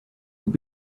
will